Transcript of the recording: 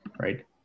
right